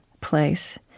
place